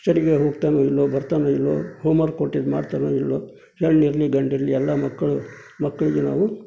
ಸರಿಯಾಗ್ ಹೋಗ್ತಾನೋ ಇಲ್ಲವೋ ಬರ್ತಾನೋ ಇಲ್ಲವೋ ಹೋಮ್ ವರ್ಕ್ ಕೊಟ್ಟಿದ್ದು ಮಾಡ್ತಾನೋ ಇಲ್ಲವೋ ಹೆಣ್ಣಿರಲಿ ಗಂಡಿರಲಿ ಎಲ್ಲ ಮಕ್ಕಳು ಮಕ್ಕಳಿಗೆ ನಾವು